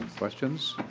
questions?